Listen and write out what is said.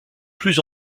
plus